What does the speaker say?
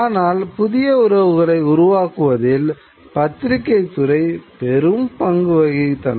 ஆனால் புதிய உறவுகளை உருவாக்குவதில் பத்திரிக்கைத் துறை பெரும் பங்கு வகித்தன